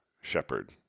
shepherd